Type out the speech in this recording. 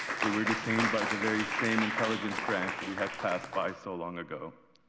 they were detained by the very same intelligence branch we had passed by so long ago.